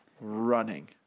running